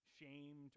shamed